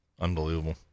Unbelievable